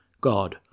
God